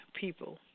people